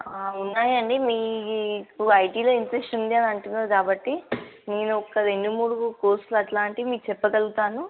ఉన్నాయండి మీకు ఐటీలో ఇంట్రస్ట్ ఉంది అని అంటున్నారు కాబట్టి నేను ఒక రెండు మూడు కోర్సులు అలాంటివి మీకు చెప్పగలుగుతాను